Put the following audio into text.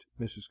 mrs